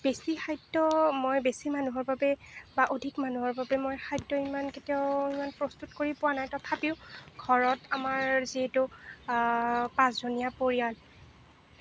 বেছি খাদ্য মই বেছি মানুহৰ বাবে বা অধিক মানুহৰ বাবে মই খাদ্য ইমান কেতিয়াও ইমান প্ৰস্তুত কৰি পোৱা নাই তথাপিও ঘৰত আমাৰ যিহেতু পাঁচজনীয়া পৰিয়াল